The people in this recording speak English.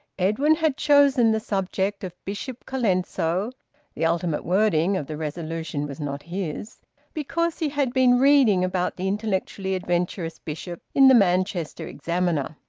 edwin had chosen the subject of bishop colenso the ultimate wording of the resolution was not his because he had been reading about the intellectually adventurous bishop in the manchester examiner.